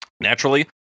Naturally